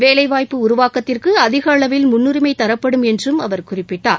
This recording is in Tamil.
வேலைவாய்ப்பு உருவாக்கத்திற்கு அதிகளவில் முன்னுரிமை தரப்படும் என்றும் அவர் குறிப்பிட்டார்